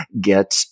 get